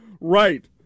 right